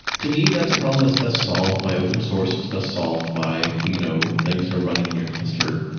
to me, that's a problem that's best solved by open source, that's best solved by you know things that are running in your cluster.